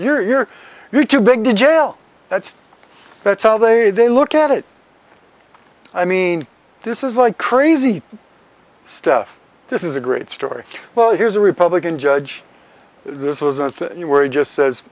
going you're you're too big to jail that's that's how they they look at it i mean this is like crazy stuff this is a great story well here's a republican judge this was a you where he just says